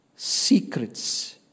Secrets